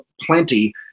plenty